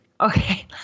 okay